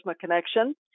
Connection